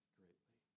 greatly